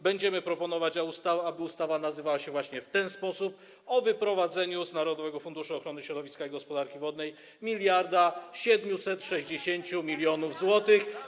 Będziemy proponować, aby ustawa nazywała się właśnie w ten sposób: o wyprowadzeniu z Narodowego Funduszu Ochrony Środowiska i Gospodarki Wodnej 1760 mln zł.